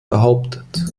behauptet